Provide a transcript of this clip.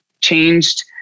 changed